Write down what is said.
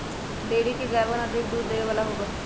dairy के गायवन अधिक दूध देवे वाला होबा हई